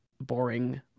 boring